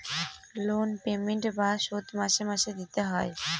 loan payment বা শোধ মাসে মাসে দিতে হয়